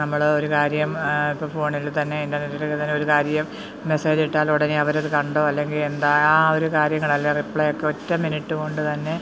നമ്മൾ ഒരു കാര്യം ഇപ്പോൾ ഫോണിൽത്തന്നെ ഇൻ്റർനെറ്റിലൊരു കാര്യം മെസ്സേജിട്ടാലൊടനെ അവരത് കണ്ടോ അല്ലെങ്കിൽ എന്താ ആ ഒരു കാര്യങ്ങളെല്ലാം റിപ്ലൈയൊക്ക ഒറ്റ മിനിറ്റ് കൊണ്ടുതന്നെ